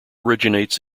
originates